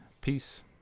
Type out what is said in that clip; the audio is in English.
Peace